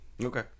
Okay